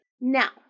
now